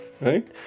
right